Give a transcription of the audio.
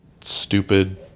stupid